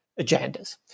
agendas